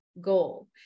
goal